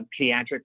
pediatric